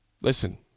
Listen